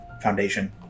foundation